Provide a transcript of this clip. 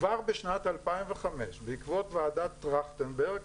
כבר בשנת 2005 בעקבות ועדת טרכטנברג